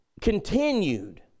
continued